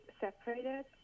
separated